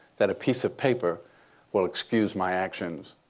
that a piece of paper will excuse my actions,